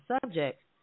subject